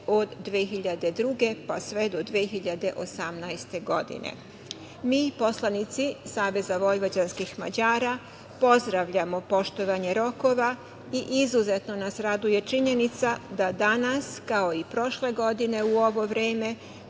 od 2002, pa sve do 2018. godine. Mi poslanici SVM pozdravljamo poštovanje rokova i izuzetno nas raduje činjenica da danas, kao i prošle godine u ovo vreme,